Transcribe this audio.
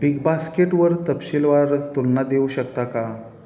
big बास्केटवर तपशीलवार तुलना देऊ शकता का